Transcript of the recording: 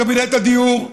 קבינט הדיור,